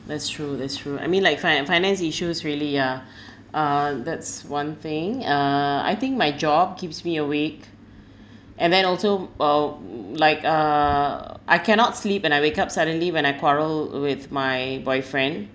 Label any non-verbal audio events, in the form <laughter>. that's true that's true I mean like fin~ finance issues really yeah <breath> uh that's one thing uh I think my job keeps me awake and then also uh like uh I cannot sleep when I wake up suddenly when I quarrel with my boyfriend